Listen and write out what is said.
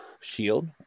shield